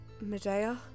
Medea